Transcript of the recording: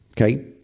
Okay